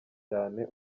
cyane